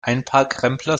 einparkrempler